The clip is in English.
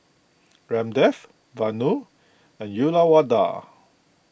Ramdev Vanu and Uyyalawada